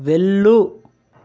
వెళ్ళు